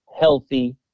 healthy